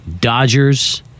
Dodgers